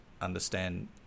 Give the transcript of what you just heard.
understand